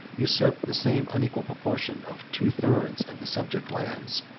usurped the same unequal proportion of two thirds of the subject lands.